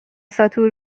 ساتور